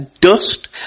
dust